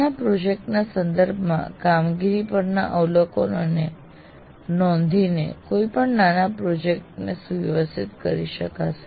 નાના પ્રોજેક્ટના સંદર્ભમાં કામગીરી પરના અવલોકનોને રેકોર્ડ કરીને કોઈ પણ નાના પ્રોજેક્ટને સતત સુવ્યવસ્થિત કરી શકશે